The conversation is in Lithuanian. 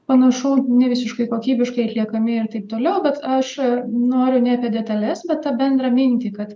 panašu nevisiškai kokybiškai atliekami ir taip toliau bet aš noriu ne apie detales bet bendrą mintį kad